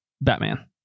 batman